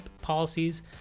policies